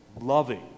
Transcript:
loving